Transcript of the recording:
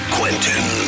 Quentin